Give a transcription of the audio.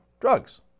drugs